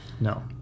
No